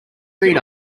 feet